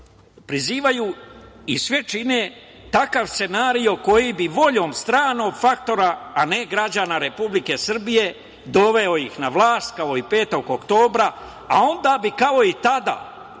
Prizivaju i sve čine takav scenario koji bi voljom stranog faktora, a ne građana Republike Srbije doveo ih na vlast kao i 5. oktobra, a onda bi kao i tada